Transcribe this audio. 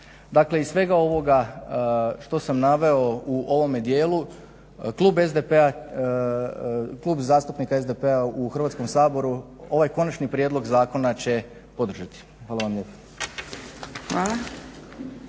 Dakle iz svega ovoga što sam naveo u ovome dijelu Klub zastupnika SDP-a u Hrvatskom saboru ovaj konačni prijedlog zakona će podržati. Hvala vam lijepa.